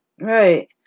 Right